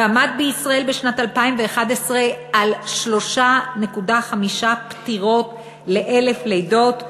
ועמד בישראל בשנת 2011 על 3.5 פטירות ל-1,000 לידות,